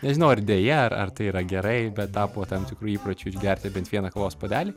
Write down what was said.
nežinau ar deja ar ar tai yra gerai bet tapo tam tikru įpročiu išgerti bent vieną kavos puodelį